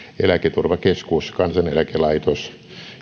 eläketurvakeskus kansaneläkelaitos